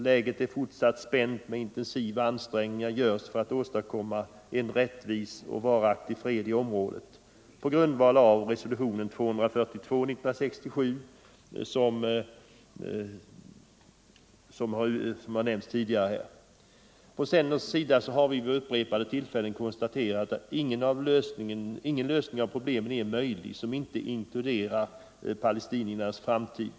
Läget är fortfarande spänt, men intensiva ansträngningar görs Fredagen den för att åstadkomma en rättvis och varaktig fred i området på grundval 22 november 1974 av resolutionen 242 år 1967 som har nämnts tidigare här. På centerns sida har vi vid upprepade tillfällen konstaterat att ingen Ang. läget i lösning av problemen är möjlig som inte inkluderar palestiniernas framtid.